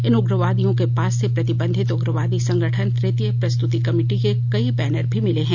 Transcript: इन उग्रवादियों के पास से प्रतिबंधित उग्रवादी संगठन तृतीय प्रस्तुति कमिटि के कई बैनर भी मिले हैं